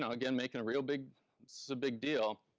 um again, making a real big so big deal.